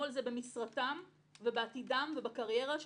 על כך במשרתם ובעתידם ובקריירה שלהם,